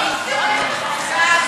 (כניסה למטווחים),